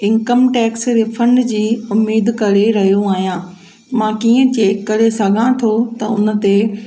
income tax refund जी उमेदु करे रहियो आहियां मां कीअं चेक करे सघां थो त उन ते